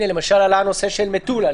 למשל עלה הנושא של מטולה.